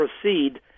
proceed